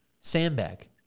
sandbag